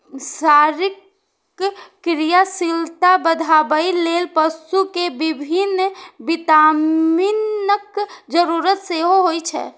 शरीरक क्रियाशीलता बढ़ाबै लेल पशु कें विभिन्न विटामिनक जरूरत सेहो होइ छै